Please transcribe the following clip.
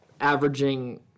averaging